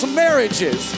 marriages